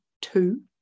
two